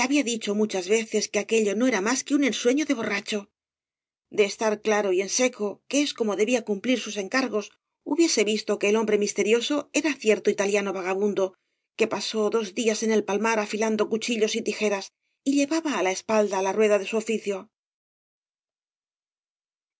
había dicho muchas veces que aquello no era mas que un ensueño de borracho da estar claro y en seco que es como debía cumplir sus encargos hubiese visto que el hombre misterioso era cierto italiano vagabundo que pasó dos días en el palmar afilando cuchillos y tijeras y llevaba á la espalda la rueda de su oficio